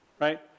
right